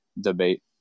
debate